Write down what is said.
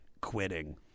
quitting